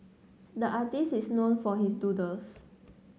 the artist is known for his doodles